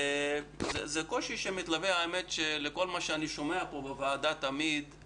זה קושי שמתלווה למה שאני שומע פה בוועדה תמיד על